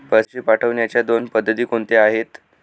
पैसे पाठवण्याच्या दोन पद्धती कोणत्या आहेत?